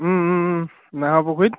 নাহৰ পুখুৰীত